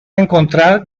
encontrar